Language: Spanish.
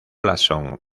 blasón